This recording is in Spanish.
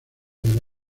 del